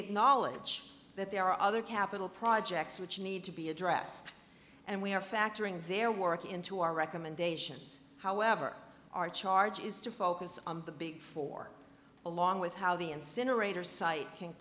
acknowledge that there are other capital projects which need to be addressed and we are factoring their work into our recommendations however our charge is to focus on the big four along with how the incinerator site can